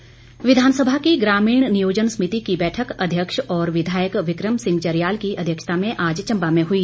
नियोजन समिति विधानसभा की ग्रामीण नियोजन समिति की बैठक अध्यक्ष और विधायक विक्रम सिंह जरयाल की अध्यक्षता में आज चंबा में हई